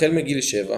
החל מגיל 7,